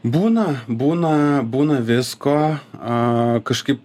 būna būna būna visko a kažkaip